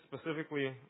specifically